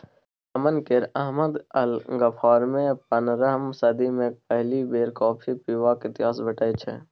Yemen केर Ahmad al गफ्फारमे पनरहम सदी मे पहिल बेर कॉफी पीबाक इतिहास भेटै छै